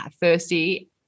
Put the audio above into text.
thirsty